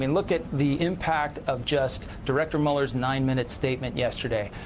and look at the impact of just director mueller's nine minute statement yesterday.